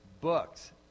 books